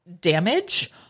damage